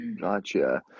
Gotcha